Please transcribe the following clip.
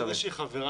אנחנו שמחים